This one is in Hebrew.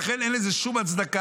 לכן אין לזה שום הצדקה.